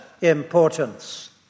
importance